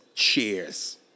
Cheers